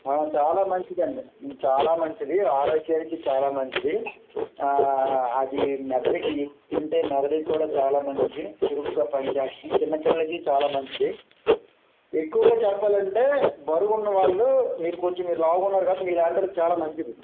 చాలా మంచిది అండి చాలా మంచిది ఆరోగ్యానికి చాలా మంచిది అది మెదడుకి తింటే మెదడుకి కూడా చాలా మంచిది చురుకుగా పని చేస్తుంది చిన్నపిల్లలకి చాలా మంచిది ఎక్కువగా చెప్పాలంటే బరువున్నవాళ్ళు మీరు కొంచెం మీరు లావుగా ఉన్నారు కాబట్టి మీలాంటి వాళ్ళకి చాలా మంచిది